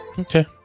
Okay